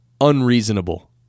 unreasonable